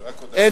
זו רק הודעה.